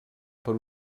per